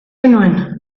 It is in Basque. genuen